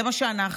זה מה שאנחנו,